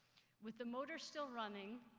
with the motor still running,